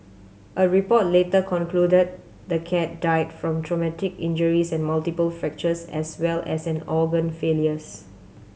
a report later concluded the cat died from traumatic injuries and multiple fractures as well as an organ failures